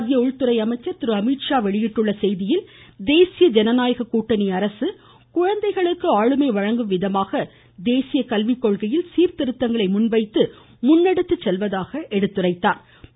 மத்திய உள்துறை அமைச்சர் திரு அமீத் ஷா வெளியிட்டுள்ள செய்தியில் தேசிய ஜனநாயக கூட்டணி அரசு குழந்தைகளுக்கு ஆளுமை வழங்கும் விதமாக தேசிய கல்விக்கொள்கையில் சீர்திருத்தங்களை முன்வைத்து முன்னெடுத்துச் செல்வதாக எடுத்துரைத்தாா்